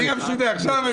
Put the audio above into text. נציג המשותפת עכשיו הבנתי.